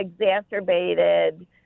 exacerbated